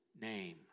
name